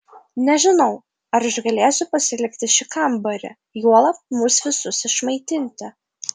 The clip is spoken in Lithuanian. nežinau ar išgalėsiu pasilikti šį kambarį juolab mus visus išmaitinti